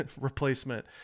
replacement